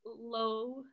low